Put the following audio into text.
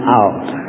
out